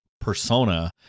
persona